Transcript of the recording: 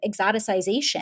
exoticization